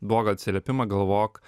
blogą atsiliepimą galvok